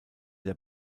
der